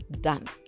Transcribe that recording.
done